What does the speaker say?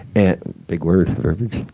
and big word, verbiage?